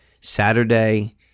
Saturday